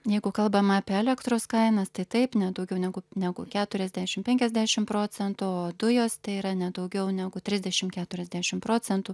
jeigu kalbama apie elektros kainas tai taip ne daugiau negu negu keturiasdešim penkiasdešim procentų o dujos tai yra ne daugiau negu trisdešim keturiasdešim procentų